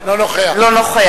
אינו נוכח